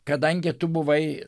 kadangi tu buvai